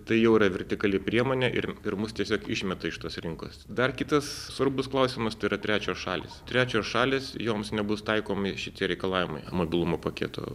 tai jau yra vertikali priemonė ir ir mus tiesiog išmeta iš tos rinkos dar kitas svarbus klausimas tai yra trečios šalys trečios šalys joms nebus taikomi šitie reikalavimai mobilumo paketo